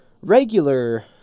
Regular